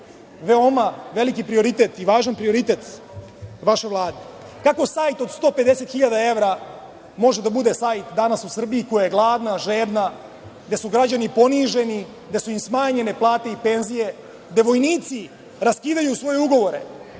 veoma veliki prioritet i važan prioritet vaše Vlade. Kako sajt od 150.000 evra može da bude sajt danas u Srbiji, koja je gladna, žedna, gde su građani poniženi, gde su im smanjene plate i penzije, gde vojnici raskidaju svoje ugovore